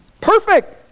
Perfect